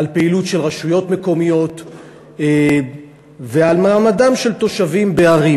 פעילות של רשויות מקומיות ועל מעמדם של תושבים בערים.